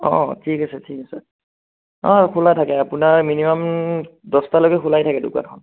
অঁ ঠিক আছে ঠিক আছে অঁ খোলা থাকে আপোনাৰ মিনিমাম দহটালৈকে খোলাই থাকে দোকানখন